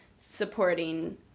supporting